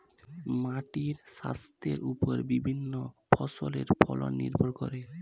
মাটির স্বাস্থ্যের ওপর বিভিন্ন ফসলের ফলন নির্ভর করে